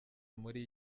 muri